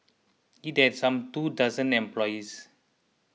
it had some two dozen employees